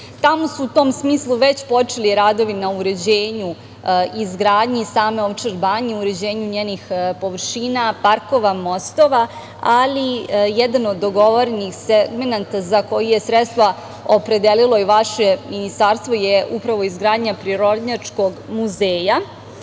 Tamo su u tom smislu već počeli radovi na uređenju izgradnji same Ovčar banje, uređenju njenih površina, parkova, mostova, ali jedan od dogovorenih segmenata za koje je sredstva opredelilo i vaše ministarstvo je upravo izgradnja Prirodnjačkog muzeja